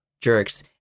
jerks